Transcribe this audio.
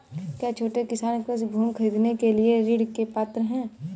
क्या छोटे किसान कृषि भूमि खरीदने के लिए ऋण के पात्र हैं?